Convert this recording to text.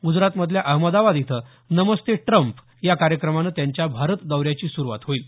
गुजरातमधल्या अहमदाबाद इथं नमस्ते ट्रम्प या कार्यक्रमानं त्यांच्या भारत दौऱ्याची सुरुवात होईल